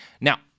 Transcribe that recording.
Now